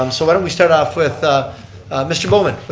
um so why don't we start off with ah mr. bouwman,